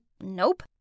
nope